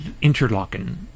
Interlocking